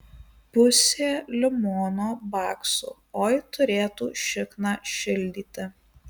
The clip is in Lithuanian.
pusė limono baksų oi turėtų šikną šildyti